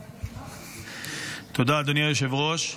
תודה, אדוני היושב-ראש.